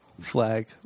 flag